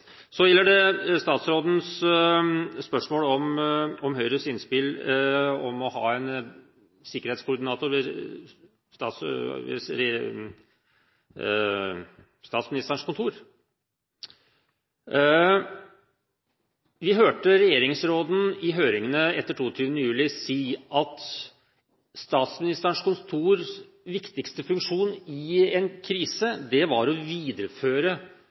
Så gjelder det statsrådens spørsmål om Høyres innspill om å ha en sikkerhetskoordinator ved Statsministerens kontor. Vi hørte regjeringsråden i høringene etter 22. juli si at Statsministerens kontors viktigste funksjon i en krise var å videreføre